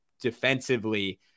defensively